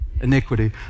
iniquity